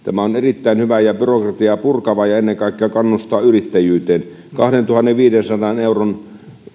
on erittäin hyvä ja byrokratiaa purkava ja ennen kaikkea kannustaa yrittäjyyteen kahdentuhannenviidensadan euron